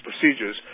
procedures